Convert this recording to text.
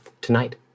tonight